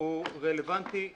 הוא רלוונטי לגמרי.